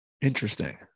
interesting